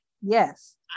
Yes